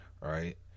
right